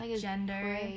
gender